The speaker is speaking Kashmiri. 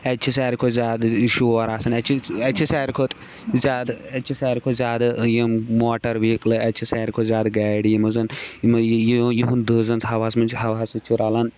اَتہِ چھُ ساروی کھۄتہٕ زیادٕ شور آسان اتہِ چھِ اَتہِ چھِ ساروی کھۄتہٕ زیادٕ اتہِ چھِ ساروی کھۄتہٕ زیادٕ یِم موٹر وِیٖکلٕے اَتہِ چھِ ساروی کھۄتہٕ زیادٕ گاڑِ یِمو زَن یِہُنٛد دٔہ زن ہواہَس منٛز چھُ ہواہَس سۭتۍ چھُ رَلان